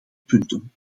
punten